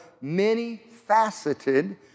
many-faceted